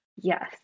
Yes